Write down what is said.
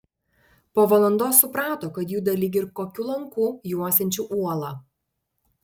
po valandos suprato kad juda lyg ir kokiu lanku juosiančiu uolą